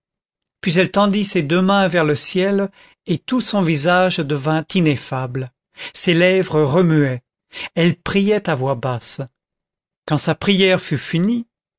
puis elle tendit ses deux mains vers le ciel et tout son visage devint ineffable ses lèvres remuaient elle priait à voix basse quand sa prière fut finie